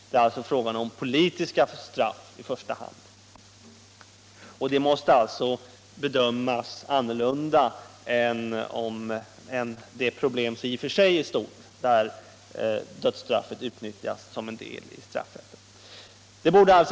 Det är alltså fråga om politiska straff i första hand, och det måste bedömas annorlunda än det problem som i och för sig är stort, att dödsstraffet utnyttjas som en del i straffrätten.